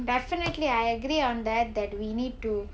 definitely I agree on that that we need to